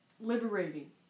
liberating